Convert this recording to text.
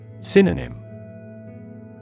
Synonym